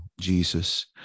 Jesus